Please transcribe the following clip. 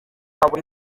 buri